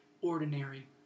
ordinary